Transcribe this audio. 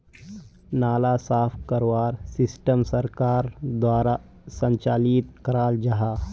नाला साफ करवार सिस्टम सरकार द्वारा संचालित कराल जहा?